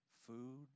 food